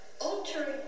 altering